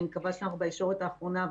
אני מקווה שאנחנו בישורת האחרונה,